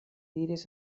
diris